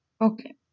Okay